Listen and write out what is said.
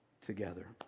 together